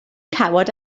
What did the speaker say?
cawod